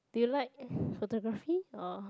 do you like photography or